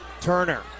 Turner